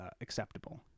acceptable